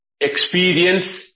experience